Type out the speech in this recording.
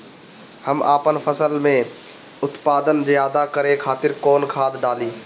हम आपन फसल में उत्पादन ज्यदा करे खातिर कौन खाद डाली?